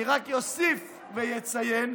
אני רק אוסיף ואציין,